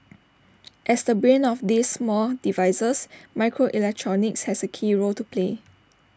as the brain of these small devices microelectronics has A key role to play